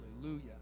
Hallelujah